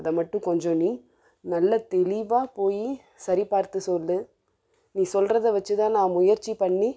அதை மட்டும் கொஞ்சம் நீ நல்ல தெளிவாக போய் சரிபார்த்து சொல்லு நீ சொல்கிறத வச்சிதான் நான் முயற்சி பண்ணி